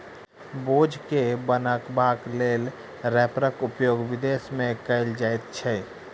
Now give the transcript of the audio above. बोझ के बन्हबाक लेल रैपरक उपयोग विदेश मे कयल जाइत छै